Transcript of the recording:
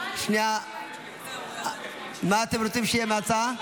מה אתם רוצים שיהיה עם ההצעה?